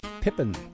Pippin